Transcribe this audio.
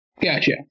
Gotcha